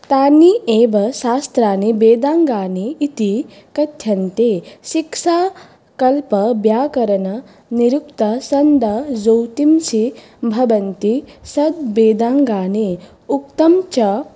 तानि एव शास्त्राणि वेदाङ्गानि इति कथ्यन्ते शिक्षाकल्पव्याकरणनिरुक्तछन्दोज्योतींषि भवन्ति षड्वेदाङ्गानि उक्तञ्च